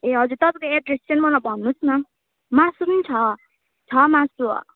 ए हजुर तपाईँको एड्रेस चाहिँ मलाई भन्नुहोस् न मासु पनि छ छ मासु